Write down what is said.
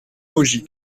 maugis